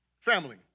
Family